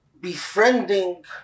befriending